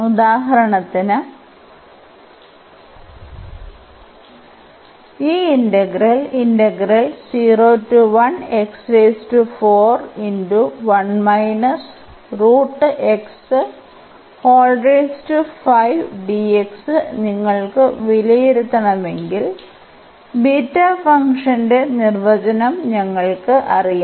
ഉദാഹരണത്തിന് ഈ ഇന്റഗ്രൽ നിങ്ങൾക്കു വിലയിരുത്തണമെങ്കിൽ ബീറ്റ ഫംഗ്ഷന്റെ നിർവചനം ഞങ്ങൾക്കറിയാം